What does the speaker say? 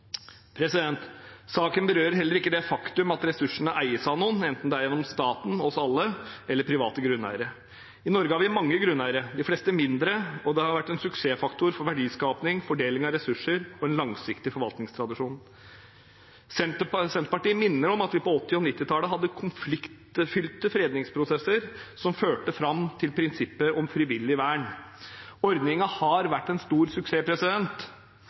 Saken berører heller ikke det faktum at ressursene eies av noen, enten det er staten – oss alle – eller private grunneiere. I Norge har vi mange grunneiere. De fleste er mindre, og det har vært en suksessfaktor for verdiskaping, fordeling av ressurser og en langsiktig forvaltningstradisjon. Senterpartiet vil minne om at vi på 1980- og 1990-tallet hadde konfliktfylte fredningsprosesser som førte fram til prinsippet om frivillig vern. Ordningen har vært en stor suksess: